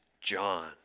John